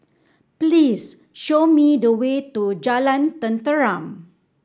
please show me the way to Jalan Tenteram